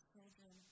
Children